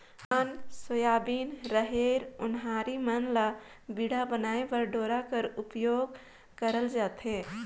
धान, सोयाबीन, रहेर, ओन्हारी मन ल बीड़ा बनाए बर डोरा कर उपियोग करल जाथे